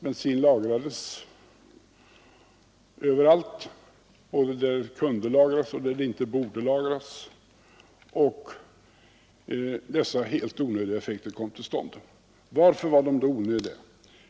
Bensin lagrades överallt, både där den kunde lagras och där den inte borde lagras. Det var helt onödiga effekter som kom till stånd. Varför var de då onödiga?